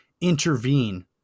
intervene